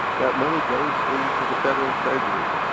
that money goes into the federal treasury.